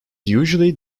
usually